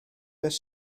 beth